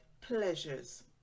pleasures